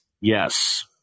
Yes